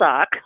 suck